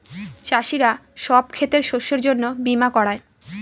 চাষীরা সব ক্ষেতের শস্যের জন্য বীমা করায়